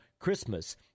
Christmas